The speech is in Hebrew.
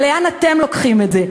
לאן אתם לוקחים את זה?